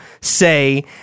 say